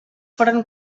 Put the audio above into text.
foren